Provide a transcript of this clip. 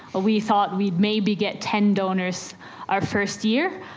we thought we'd maybe get ten donors our first year,